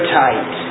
tight